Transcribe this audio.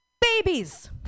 Babies